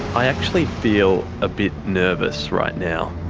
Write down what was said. i actually feel a bit nervous right now,